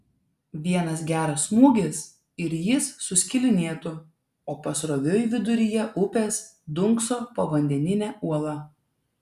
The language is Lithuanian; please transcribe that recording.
vienas geras smūgis ir jis suskilinėtų o pasroviui viduryje upės dunkso povandeninė uola